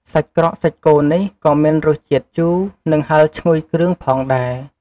សាច់ក្រកសាច់គោនេះ ក៏មានរសជាតិជូរ និងហឹរឈ្ងុយគ្រឿងផងដែរ។